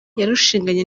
yarushinganye